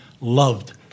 loved